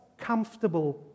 Comfortable